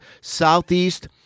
southeast